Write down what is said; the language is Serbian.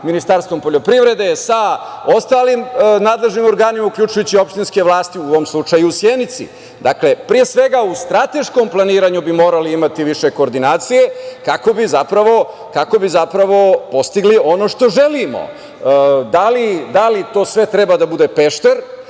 Ministarstvom poljoprivrede, sa ostalim nadležnim organima, uključujući i opštinske vlasti, u ovom slučaju u Sjenici. Dakle, pre svega u strateškom planiranju bi morali imati više koordinacije kako bi zapravo postigli ono što želimo. Da li to sve treba da bude Pešter?